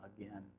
again